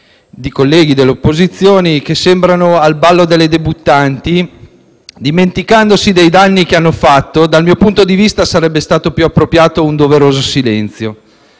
di colleghi delle opposizioni, che sembrano al ballo delle debuttanti, dimenticandosi dei danni che hanno fatto, dal mio punto di vista sarebbe stato più appropriato un doveroso silenzio.